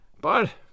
But